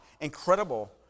incredible